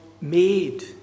made